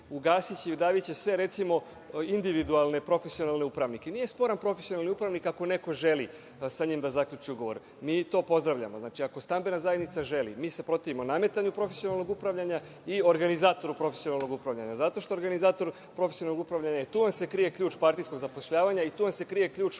ugasiće i udaviće sve individualne profesionalne upravnike. Nije sporan profesionalni upravnik, ako neko želi sa njim da zaključi ugovor. Mi to pozdravljamo. Ako stambena zajednica želi, mi se protivimo nametanju profesionalnog upravljanja i organizatoru profesionalnog upravljanja. Zato što organizator profesionalnog upravljanja je tu, jer se krije ključ partijskog zapošljavanja i tu se krije ključ